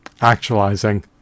actualizing